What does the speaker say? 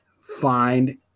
find